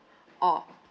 orh